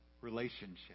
relationship